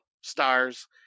stars